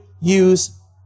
use